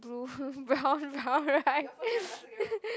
blue brown brown right